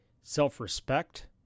self-respect